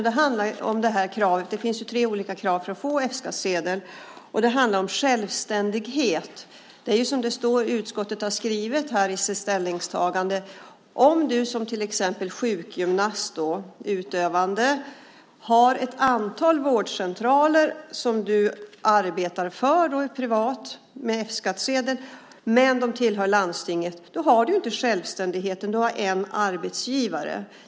Det handlar om kraven - det finns tre olika krav för att få F-skattsedel. Det handlar om självständighet. Utskottet har skrivit i sitt ställningstagande att om du till exempel är utövande sjukgymnast och har ett antal vårdcentraler som du arbetar för, är privat med F-skattsedel och vårdcentralen tillhör landstinget så har du inte självständigheten. Du har en arbetsgivare.